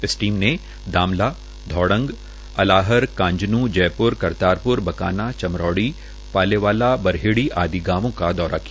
इस टीम ने दामला धौडंग अलाहरकांजनूकांजनू जयप्र करतारप्र बकाना चमरौड़ी पालेवाला बारहेड़ी आदि गांवों का दौरा किया